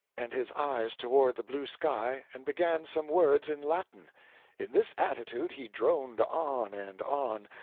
and his eyes toward the blue sky, and began some words in latin in this attitude he droned on and on,